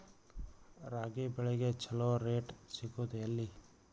ರಾಗಿ ಬೆಳೆಗೆ ಛಲೋ ರೇಟ್ ಸಿಗುದ ಎಲ್ಲಿ?